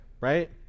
right